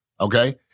okay